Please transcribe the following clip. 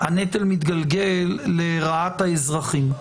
הנטל מתגלגל לרעת האזרחים.